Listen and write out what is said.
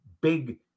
big